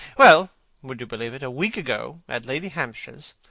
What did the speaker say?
well would you believe it a week ago, at lady hampshire's,